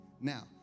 Now